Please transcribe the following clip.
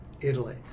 Italy